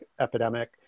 epidemic